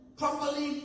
properly